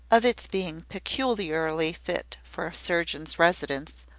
of its being peculiarly fit for a surgeon's residence,